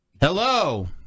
Hello